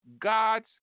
God's